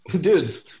Dude